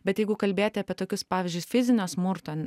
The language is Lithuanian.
bet jeigu kalbėti apie tokius pavyzdžius fizinio smurto